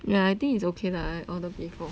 yeah I think it's okay lah all the people